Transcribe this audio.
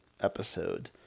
episode